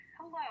Hello